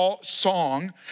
song